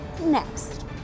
next